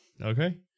Okay